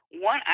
One